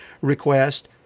request